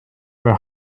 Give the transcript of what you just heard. where